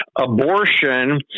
abortion